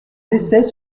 décès